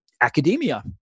academia